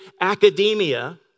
academia